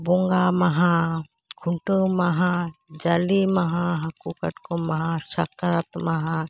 ᱵᱚᱸᱜᱟ ᱢᱟᱦᱟ ᱠᱷᱩᱱᱴᱟᱹᱣ ᱢᱟᱦᱟ ᱡᱟᱞᱮ ᱢᱟᱦᱟ ᱦᱟᱹᱠᱩ ᱠᱟᱴᱠᱚᱢ ᱢᱟᱦᱟ ᱥᱟᱠᱨᱟᱛ ᱢᱟᱦᱟ